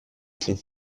pont